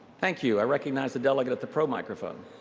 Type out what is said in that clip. thank you. i recognize the delegate at the pro microphone.